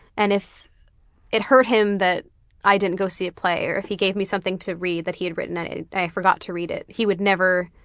and if it hurt him that i didn't go see a play, or if he gave me something to read that he had written and i forgot to read it, he would never